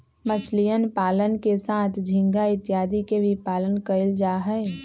मछलीयन पालन के साथ झींगा इत्यादि के भी पालन कइल जाहई